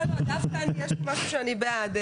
דווקא יש משהו שאני בעד.